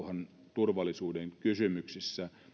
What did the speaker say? turvallisuuden kysymyksissä